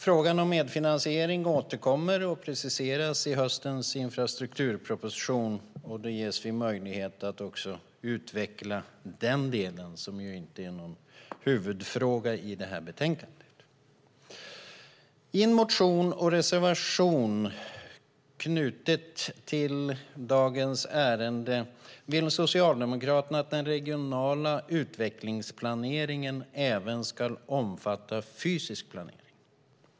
Frågan om medfinansiering återkommer och preciseras i höstens infrastrukturproposition. Då ges vi möjlighet att utveckla den delen, som inte är någon huvudfråga i detta betänkande. I en motion och reservation knutna till dagens ärende vill Socialdemokraterna att den regionala utvecklingsplaneringen även ska omfatta fysisk planering.